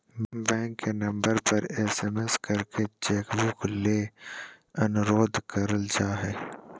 bank के number पर SMS करके चेक बुक ले अनुरोध कर जा हय